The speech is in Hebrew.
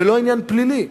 ולא עניין פלילי,